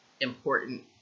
important